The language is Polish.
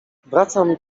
wracam